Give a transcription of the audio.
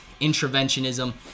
interventionism